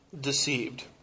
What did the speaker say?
deceived